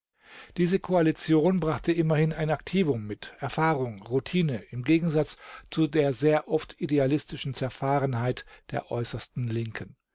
diese koalition brachte immerhin ein aktivum mit erfahrung routine im gegensatz zu der sehr oft idealistischen zerfahrenheit der äußersten linken